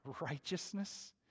righteousness